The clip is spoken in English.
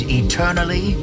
eternally